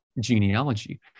genealogy